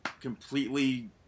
completely